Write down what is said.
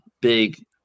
Big –